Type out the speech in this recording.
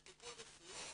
על טיפול רפואי